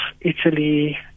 Italy